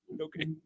Okay